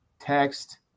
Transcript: text